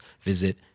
visit